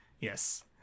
Yes